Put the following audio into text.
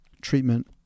treatment